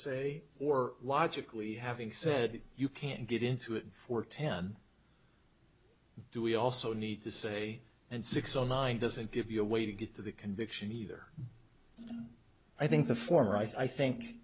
say or logically having said you can't get into it for ten do we also need to say and six or nine doesn't give you a way to get to the conviction either i think the former i think